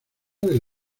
del